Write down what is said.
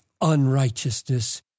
unrighteousness